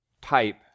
type